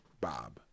Bob